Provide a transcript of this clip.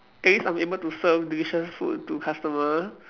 at least I'm able to serve delicious food to customer